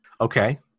Okay